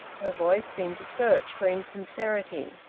her voice seemed to search for insincerity.